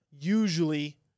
usually